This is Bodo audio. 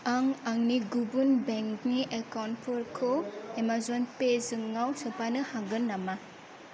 आं आंनि गुबुन बेंकनि एकाउन्टफोरखौ एमाजन पे आव सोफानो हागोन नामा